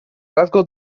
rasgo